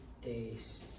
days